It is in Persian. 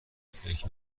فکر